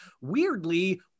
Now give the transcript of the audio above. weirdly